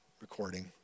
recording